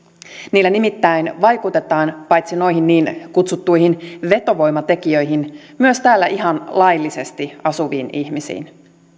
niillä nimittäin vaikutetaan paitsi noihin niin kutsuttuihin vetovoimatekijöihin myös täällä ihan laillisesti asuviin ihmisiin